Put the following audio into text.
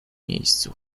miejscu